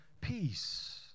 peace